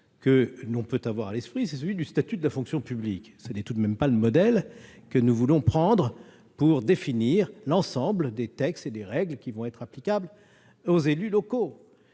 sauf à vouloir faire référence au statut de la fonction publique : ce n'est tout de même pas le modèle que nous voulons prendre pour définir l'ensemble des textes et des règles qui seront applicables aux élus locaux